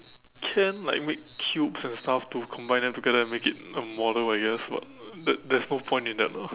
can like make cubes and stuff to combine them together and make it a model I guess but there's there's no point in that ah